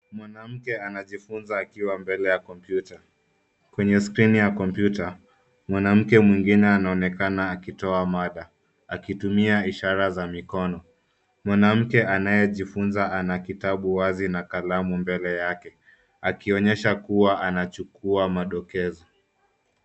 Mwanamke anajifunza akiwa mbele ya kompyuta. kwenye skrini ya kompyuta, mwanamke mwengine anaonekana akitoa mada, akitumia ishara za mikono. Mwanamke anayejifunza, ana kitabu wazi na kalamu mbele yake akionyesha kuwa anachukua madokezo.